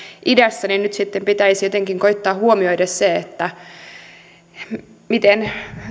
idässä vuoksi nyt sitten pitäisi jotenkin koettaa huomioida se miten